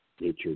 Nature